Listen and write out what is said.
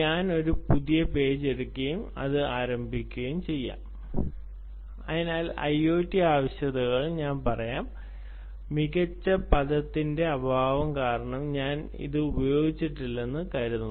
ഞാൻ ഒരു പുതിയ പേജ് എടുക്കുകയും അത് ആരംഭിക്കുകയും ചെയ്യും അതിനാൽ IoT ആവശ്യകതകൾ ഞാൻ പറയും മികച്ച പദത്തിന്റെ അഭാവം കാരണം ഞാൻ ഇത് ഉപയോഗിച്ചിട്ടില്ലെന്ന് ഞാൻ കരുതുന്നു